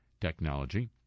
technology